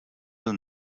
will